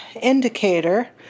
indicator